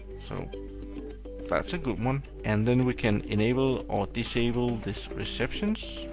so that's a good one. and then we can enable or disable these recipients,